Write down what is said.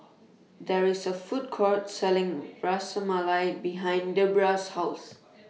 There IS A Food Court Selling Ras Malai behind Debbra's House